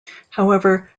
however